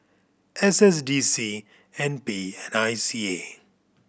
S S D C N P and I C A